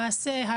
למעשה,